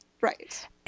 Right